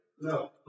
No